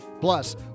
Plus